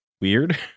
weird